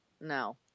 No